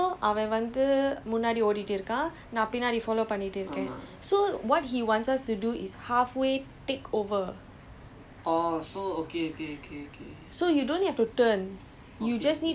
so err let's say now நான் வந்து பின்னாடி இருக்கிறேன் ஒருத்தன் வந்து முன்னாடி இருக்கான்:naan vanthu pinnaadi irukiren orutthan vanthu munnadi irukkaan so அவன் வந்து முன்னாடி ஓடிட்டு இருக்கிறான் நான் பின்னாடி:avan vanthu munnadi odittu irukkiraan naan pinnadi follow பண்ணிட்டு இருக்கிறேன்:pannittu irukkiren so what he wants us to do is halfway takeover